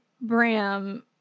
Bram